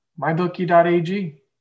mybookie.ag